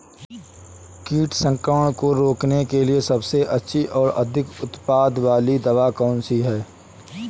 कीट संक्रमण को रोकने के लिए सबसे अच्छी और अधिक उत्पाद वाली दवा कौन सी है?